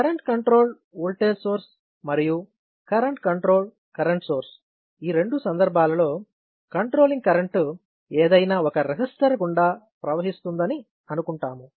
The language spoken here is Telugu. కరెంట్ కంట్రోల్ ఓల్టేజ్ సోర్స్ మరియు కరెంట్ కంట్రోల్ కరెంట్ సోర్స్ ఈ రెండు సందర్భాలలో కంట్రోలింగ్ కరెంటు ఏదైనా ఒక రెసిస్టర్ గుండా ప్రవహిస్తోందని అనుకుంటున్నాము